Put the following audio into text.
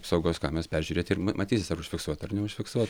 apsaugos kameras peržiūrėt ir matysis ar užfiksuota ar neužfiksuota